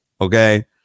okay